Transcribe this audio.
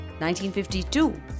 1952